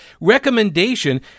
recommendation